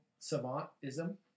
savantism